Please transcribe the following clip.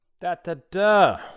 Da-da-da